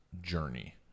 journey